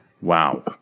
Wow